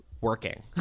working